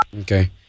Okay